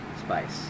Spice